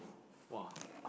!wah!